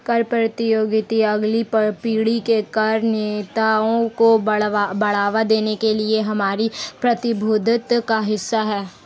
कर प्रतियोगिता अगली पीढ़ी के कर नेताओं को बढ़ावा देने के लिए हमारी प्रतिबद्धता का हिस्सा है